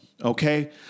Okay